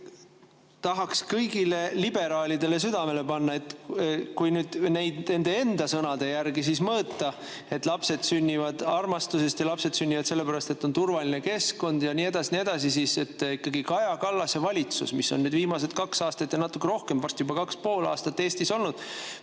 tahaksin kõigile liberaalidele südamele panna, kui nüüd neid nende enda sõnade järgi mõõta, et lapsed sünnivad armastusest ja lapsed sünnivad sellepärast, et on turvaline keskkond ja nii edasi ja nii edasi, siis Kaja Kallase valitsuse aeg, mis on viimased kaks aastat ja natuke rohkem, varsti juba kaks ja pool aastat Eestis olnud,